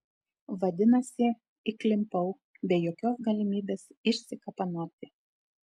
vadinasi įklimpau be jokios galimybės išsikapanoti